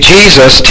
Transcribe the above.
Jesus